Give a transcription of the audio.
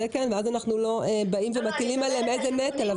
ואז אנחנו לא מטילים עליהם נטל.